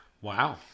wow